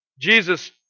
Jesus